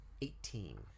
Eighteen